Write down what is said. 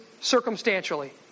circumstantially